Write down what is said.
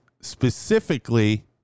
specifically